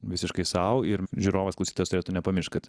visiškai sau ir žiūrovas klausytojas turėtų nepamiršt kad